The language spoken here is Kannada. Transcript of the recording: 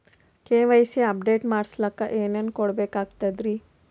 ಕೆ.ವೈ.ಸಿ ಅಪಡೇಟ ಮಾಡಸ್ಲಕ ಏನೇನ ಕೊಡಬೇಕಾಗ್ತದ್ರಿ?